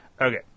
Okay